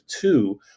two